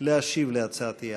להשיב על הצעת האי-אמון.